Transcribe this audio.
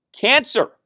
cancer